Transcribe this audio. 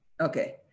okay